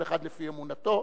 כל אחד לפי אמונתו.